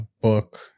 book